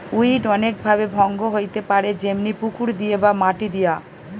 weed অনেক ভাবে ভঙ্গ হইতে পারে যেমনি পুকুর দিয়ে বা মাটি দিয়া